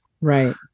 Right